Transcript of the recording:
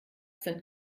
sind